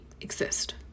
exist